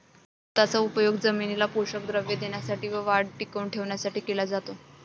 खताचा उपयोग जमिनीला पोषक द्रव्ये देण्यासाठी व वाढ टिकवून ठेवण्यासाठी केला जातो